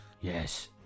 Yes